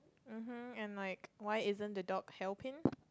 mmhmm and like why isn't the dog helping